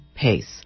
pace